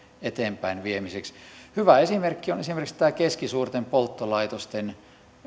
eteenpäinviemiseksi hyvä esimerkki on tämä keskisuurten polttolaitosten